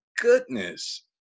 goodness